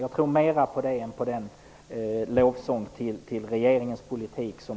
Jag tror mer på detta än på den lovsång till regeringens politik som